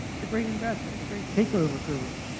the great investor, the great takeover guru.